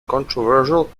controversial